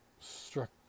struck